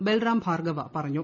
ബൽറാം ഭാർഗവ പറഞ്ഞു